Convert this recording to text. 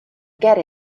get